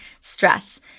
stress